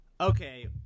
okay